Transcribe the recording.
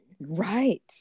Right